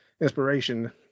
inspiration